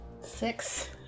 Six